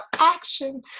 action